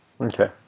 Okay